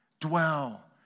dwell